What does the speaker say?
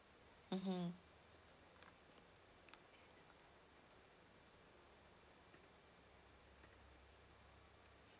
mmhmm